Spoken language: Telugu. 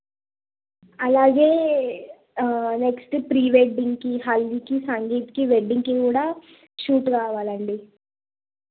అలాగే నెక్స్ట్ ఫ్రీ వెడ్డింగ్కి హల్దీకి సంగీత్కి వెడ్డింగ్కి కూడా షూట్ కావాలండి